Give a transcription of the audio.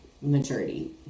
maturity